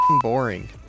boring